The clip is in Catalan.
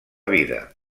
vida